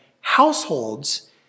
households